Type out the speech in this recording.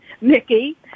Mickey